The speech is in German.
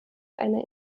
einer